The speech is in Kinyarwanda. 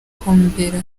kumbera